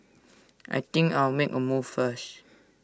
I think I'll make A move first